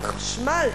על חשמל,